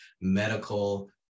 medical